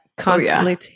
Constantly